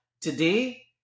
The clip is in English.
today